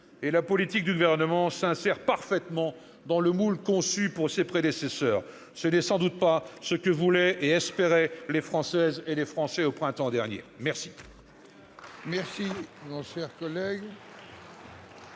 et la politique du Gouvernement s'insère parfaitement dans le moule conçu pour ses prédécesseurs. Ce n'est sans doute pas ce que voulaient et espéraient les Françaises et les Français. La parole est à M.